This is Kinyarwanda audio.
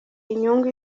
inyungu